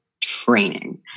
training